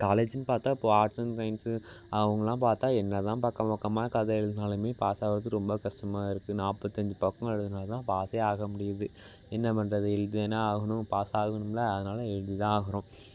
காலேஜ்னு பார்த்தா இப்போ arts and science அவங்கள்லாம் பார்த்தா என்ன தான் பக்கம் பக்கமாக கதை எழுதுனாலுமே பாஸ் ஆகுறது ரொம்ப கஷ்டமா இருக்குது நாற்பத்தஞ்சு பக்கம் எழுதினா தான் பாஸே ஆக முடியுது என்ன பண்ணுறது எழுதி தான ஆகணும் பாஸ் ஆகணும்ல அதனால எழுதி தான் ஆகணும்